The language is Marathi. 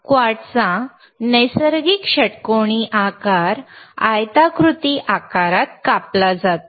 क्वार्ट्जचा नैसर्गिक षटकोनी आकार आयताकृती आकारात कापला जातो